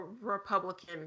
Republican